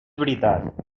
veritat